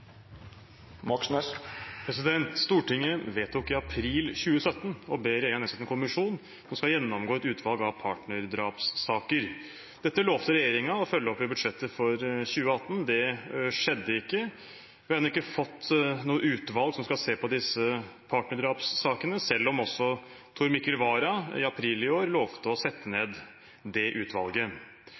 Stortinget vedtok i april 2017 å be regjeringen nedsette en kommisjon som skal gjennomgå et utvalg av partnerdrapssaker. Dette lovet regjeringen å følge opp i budsjettet for 2018. Det skjedde ikke. Vi har ennå ikke fått noe utvalg som skal se på disse partnerdrapssakene, selv om også Tor Mikkel Wara i april i år lovet å sette ned dette utvalget.